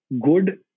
good